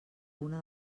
una